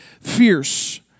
fierce